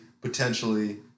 potentially